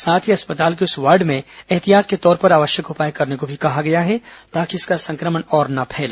साथ ही अस्पताल के उस वार्ड में भी ऐहतियात के तौर पर आवश्यक उपाय करने को भी कहा है ताकि इसका संक्रमण और न फैले